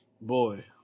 Boy